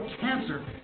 cancer